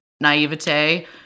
naivete